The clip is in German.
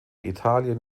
italien